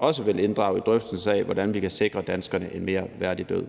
også vil inddrage i drøftelsen af, hvordan vi kan sikre danskerne en mere værdig død.